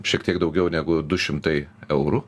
šiek tiek daugiau negu du šimtai eurų